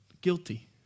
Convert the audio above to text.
guilty